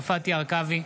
הרכבי,